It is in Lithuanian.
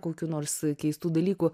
kokių nors keistų dalykų